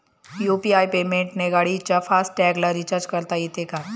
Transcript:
UPI पेमेंटने गाडीच्या फास्ट टॅगला रिर्चाज करता येते का?